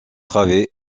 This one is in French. travées